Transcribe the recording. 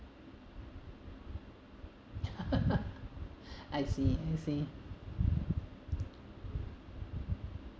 I see I see